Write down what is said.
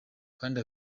kandi